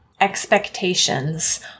expectations